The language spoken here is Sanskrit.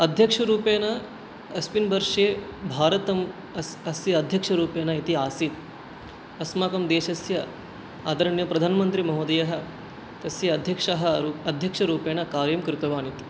अध्यक्षरूपेण अस्मिन् वर्षे भारतम् अस् अस्य अध्यक्षरूपेण इति आसीत् अस्माकं देशस्य आदरणीयप्रधानमन्त्रिमहोदयः तस्य अध्यक्षः र् अध्यक्षरूपेण कार्यं कृतवानिति